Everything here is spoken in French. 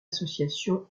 association